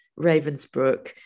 Ravensbrook